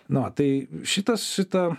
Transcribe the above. nu va tai šitas šita